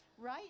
Right